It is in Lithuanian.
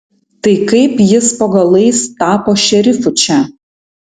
tai kaip jis po galais tapo šerifu čia